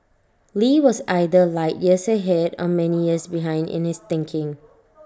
lee was either light years ahead or many years behind in his thinking